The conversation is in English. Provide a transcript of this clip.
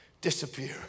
disappear